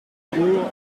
court